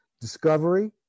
Discovery